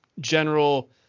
general